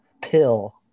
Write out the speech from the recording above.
pill